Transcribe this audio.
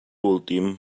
últim